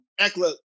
Eckler